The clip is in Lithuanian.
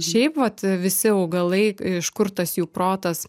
šiaip vat visi augalai iš kur tas jų protas